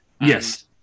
yes